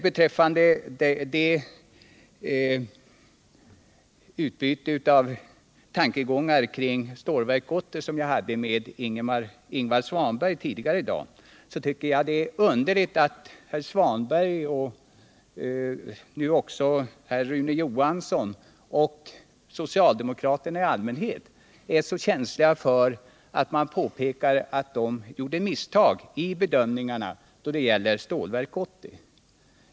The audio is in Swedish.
Beträffande det utbyte av tankegångar kring Stålverk 80 som jag hade med Ingvar Svanberg tidigare i dag tycker jag att det är märkligt att herr Svanberg och nu också herr Rune Johansson och socialdemokraterna i allmänhet är så känsliga för att man påpekar att de gjorde misstag i bedömningarna då det gäller Stålverk 80.